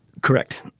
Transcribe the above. correct.